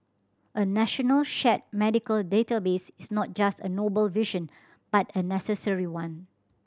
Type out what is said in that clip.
a national shared medical database is not just a noble vision but a necessary one